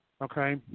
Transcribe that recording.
okay